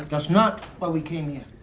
that's not why we came here.